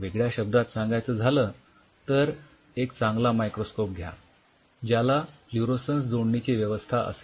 वेगळ्या शब्दांत सांगायचं झालं तर एक चांगला मायक्रोस्कोप घ्या ज्याला फ्लुरोसन्स जोडणीची व्यवस्था असेल